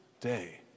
day